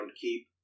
keep